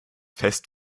fest